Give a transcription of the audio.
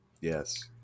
Yes